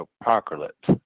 apocalypse